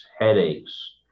headaches